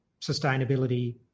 sustainability